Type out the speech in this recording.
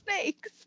snakes